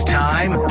time